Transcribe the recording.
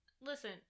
Listen